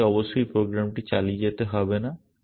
আপনাকে অবশ্যই প্রোগ্রামটি চালিয়ে যেতে হবে না